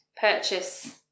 purchase